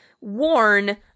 warn